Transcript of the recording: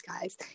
guys